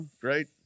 Great